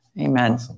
Amen